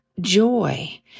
joy